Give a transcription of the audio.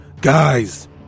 Guys